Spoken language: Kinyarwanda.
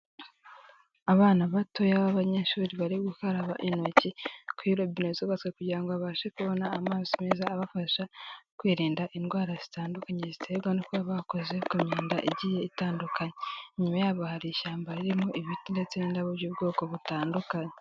Abana batoya b'abanyeshuri bari gukaraba intoki kuri robine zubatswe kugira abashe kubona amaso meza abafasha kwirinda indwara zitandukanye, ziterwa no kuba bakoze ku myanda igiye itandukanye, inyuma yabo hari ishyamba ririmo ibiti ndetse n'indabo by'ubwoko butandukanye.